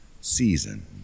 season